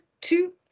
two